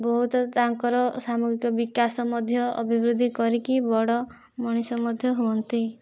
ବହୁତ ତାଙ୍କର ସାମଗ୍ରିକ ବିକାଶ ମଧ୍ୟ ଅଭିବୃଦ୍ଧି କରିକି ବଡ଼ ମଣିଷ ମଧ୍ୟ ହୁଅନ୍ତି